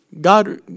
God